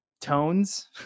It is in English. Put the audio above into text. tones